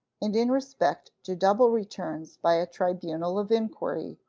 and in respect to double returns by a tribunal of inquiry,